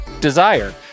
Desire